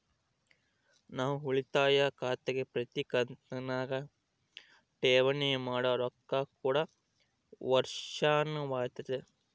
ನಾವು ಉಳಿತಾಯ ಖಾತೆಗೆ ಪ್ರತಿ ಕಂತಿನಗ ಠೇವಣಿ ಮಾಡೊ ರೊಕ್ಕ ಕೂಡ ವರ್ಷಾಶನವಾತತೆ